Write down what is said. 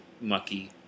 mucky